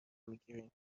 میگیریم